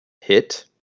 hit